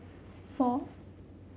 four